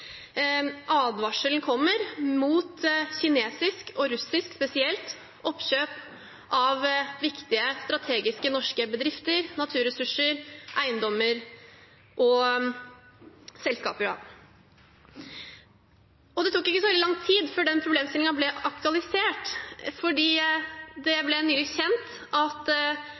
advarselen kommer mot spesielt kinesisk og russisk oppkjøp av viktige, strategiske norske bedrifter, naturressurser, eiendommer og selskaper. Det tok ikke så veldig lang tid før den problemstillingen ble aktualisert, for det ble nylig kjent at